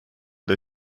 der